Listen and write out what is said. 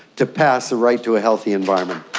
to pass the right to a healthy environment.